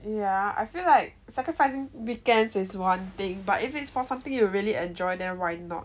yeah I feel like sacrificing weekends is one thing but if it's for something you really enjoy then why not